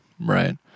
Right